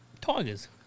Tigers